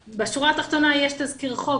אבל בשורה התחתונה יש תזכיר חוק,